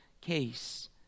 case